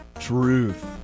Truth